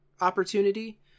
opportunity